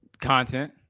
Content